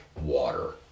water